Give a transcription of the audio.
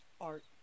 art